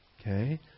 Okay